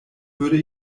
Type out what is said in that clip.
würde